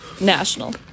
national